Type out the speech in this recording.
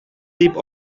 дип